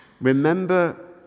Remember